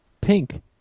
pink